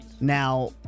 Now